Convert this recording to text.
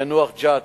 יאנוח-ג'ת,